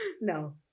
No